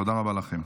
תודה רבה לכם.